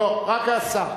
לא, רק השר.